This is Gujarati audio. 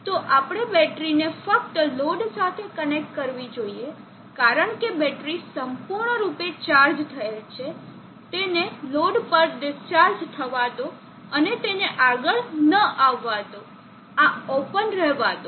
તો આપણે બેટરીને ફક્ત લોડ સાથે કનેક્ટ કરવી જોઈએ કારણ કે બેટરી સંપૂર્ણ રૂપે ચાર્જ થયેલ છે તેને લોડ પર ડિસ્ચાર્જ થવા દો અને તેને આગળ ન આવવા દો આ ઓપન રહેવા દો